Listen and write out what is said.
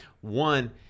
One